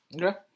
Okay